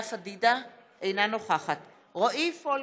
אינה נוכחת רועי פולקמן,